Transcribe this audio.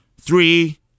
three